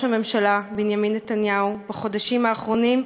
הממשלה בנימין נתניהו בחודשים האחרונים,